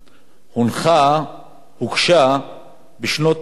הוגשה בתחילת שנות ה-70.